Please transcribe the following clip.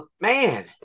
Man